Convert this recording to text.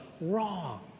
wrong